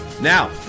Now